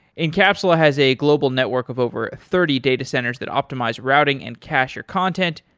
incapsula has a global network of over thirty data centers that optimize routing and cacher content.